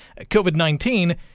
COVID-19